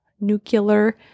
Nuclear